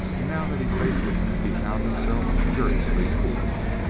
and now that he faced it he found himself curiously cool.